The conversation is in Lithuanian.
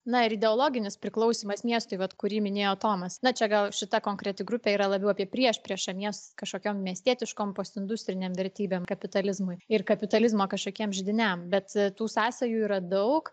na ir ideologinis priklausymas miestui vat kurį minėjo tomas na čia gal šita konkreti grupė yra labiau apie priešpriešą mies kažkokiom miestietiškom postindustrinėm vertybėm kapitalizmui ir kapitalizmo kažkokiem židiniam bet tų sąsajų yra daug